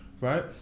right